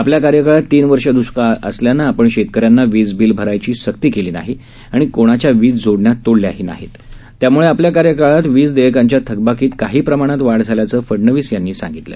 आपल्या कार्यकाळात तीन वर्ष दुष्काळ असल्यामुळे आपण शेतकऱ्यांना वीज बिल भरण्याची सक्ती केली नाही आणि कोणाच्या वीज जोडण्या तोडल्याही नाही त्यामुळे आपल्या कार्यकाळात वीज देयकांच्या थकबाकीत काही प्रमाणात वाढ झाल्याचं फडनवीस यांनी स्पष्ट केलं